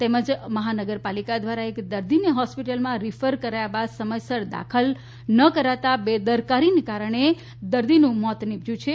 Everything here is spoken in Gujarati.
તેમજ મહાનગરપાલિકા દ્વારા એક દર્દીને હોસ્પિટલમાં રીફર કર્યા બાદ સમયસર દાખલ ન કરાતા બેદરકારીને કારણે કોરોનાના દર્દીનું મોત નિપજ્યું છે